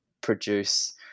produce